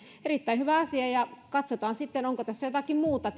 erittäin hyvä asia ja katsotaan sitten onko tässä lakiesityksessä jotakin muuta